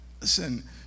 Listen